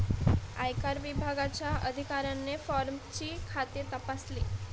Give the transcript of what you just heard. आयकर विभागाच्या अधिकाऱ्याने फॉर्मचे खाते तपासले